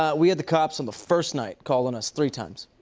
um we had the cops, on the first night, called on us three times.